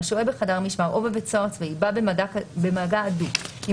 השוהה בחדר משמר או בבית סוהר צבאי בא במגע הדוק עם